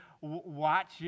watch